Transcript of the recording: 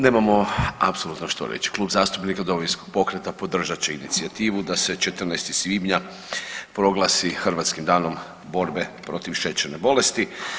Nemamo apsolutno što reći, Klub zastupnika Domovinskog pokreta podržat će inicijativu da se 14. svibnja proglasi Hrvatskim danom borbe protiv šećerne bolesti.